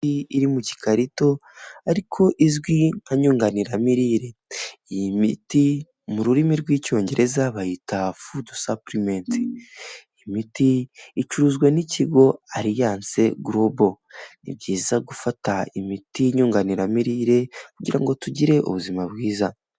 Iri mu gikarito ariko izwi nka nyunganiramirire. Iyi miti mu rurimi rw'icyongereza bayita fudu sapurimenti, imiti icuruzwa n'ikigo aliyanse golobo. Ni byiza gufata imiti nyunganiramirire kugira ngo tugire ubuzima bwiza.